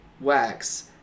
wax